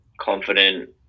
confident